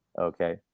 okay